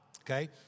okay